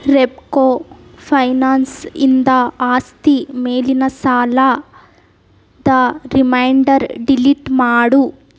ರೆಪ್ಕೋ ಫೈನಾನ್ಸಿಂದ ಆಸ್ತಿ ಮೇಲಿನ ಸಾಲದ ರಿಮೈಂಡರ್ ಡಿಲೀಟ್ ಮಾಡು